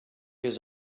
his